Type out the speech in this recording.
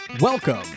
welcome